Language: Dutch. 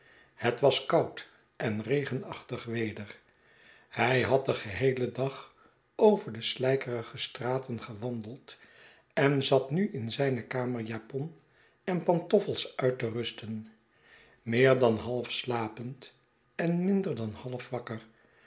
het was koud en regenachtig weder hij had den geheelen dag over de sl'ijkerige straten gewandeld en zat nu in zijne kamerjapon en pantoffels uit te rusten meer dan half slapend en minder dan half wakker